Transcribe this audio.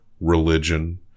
religion